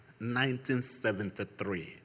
1973